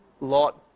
Lot